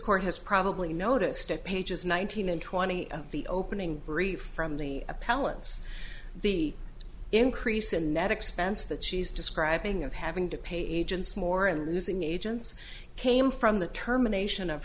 court has probably noticed at pages nineteen and twenty of the opening brief from the appellant's the increase in net expense that she's describing of having to pay agents more and losing agents came from the terminations of